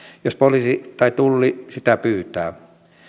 jos poliisi tai tulli sitä pyytää